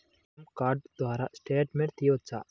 ATM card ద్వారా statement తీయవచ్చా?